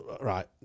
Right